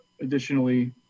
Additionally